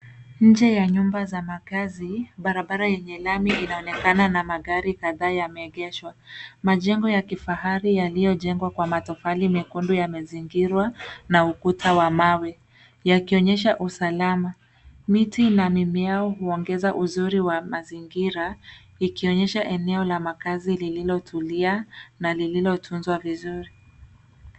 Nje ya nyumba za makazi, barabara yenye lami inaonekana na magari kadhaa yameegeshwa. Majengo ya kifahari yaliyojengwa kwa matofali mekundu yamezingirwa na ukuta wa mawe yakionyesha usalama. Miti na mimea huongeza uzuri wa mazingira ikionyesha eneo la makazi lililotulia na lililotunzwa vizuri.